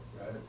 Right